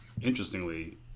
interestingly